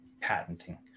patenting